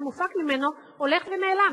זה מה שוועדת שרים מציעה.